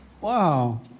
Wow